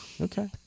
Okay